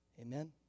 Amen